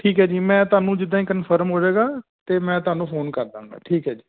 ਠੀਕ ਹੈ ਜੀ ਮੈਂ ਤੁਹਾਨੂੰ ਜਿੱਦਾਂ ਹੀ ਕੰਨਫਰਮ ਹੋ ਜਾਵੇਗਾ ਤਾਂ ਮੈਂ ਤੁਹਾਨੂੰ ਫੋਨ ਕਰ ਦਿਆਂਗਾ ਠੀਕ ਹੈ ਜੀ